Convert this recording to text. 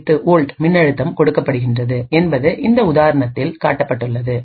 08 volt மின்னழுத்தம் கொடுக்கப்படுகின்றது என்பது இந்த உதாரணத்தில் காட்டப்பட்டுள்ளது